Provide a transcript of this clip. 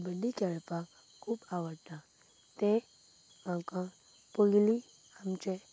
कबड्डी खेळपाक खूब आवडटा तें म्हाका पयली आमचें